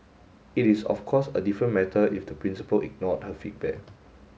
it is of course a different matter if the principal ignored her feedback